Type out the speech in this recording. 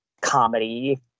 comedy